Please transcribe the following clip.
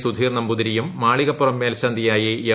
സുധീർ നമ്പൂതിരിയും മാളികപ്പുറം മേൽശാന്തിയായി എം